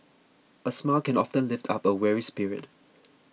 a smile can often lift up a weary spirit